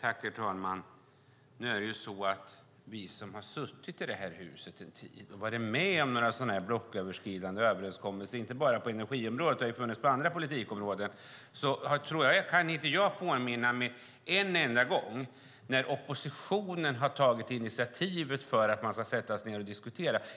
Herr talman! Vi som har suttit i huset en tid har varit med om några blocköverskridande överenskommelser, inte bara på energiområdet utan också på andra politikområden. Jag kan inte påminna mig en enda gång när oppositionen har tagit initiativet till en sådan diskussion.